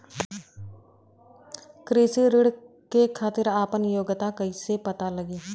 कृषि ऋण के खातिर आपन योग्यता कईसे पता लगी?